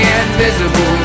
invisible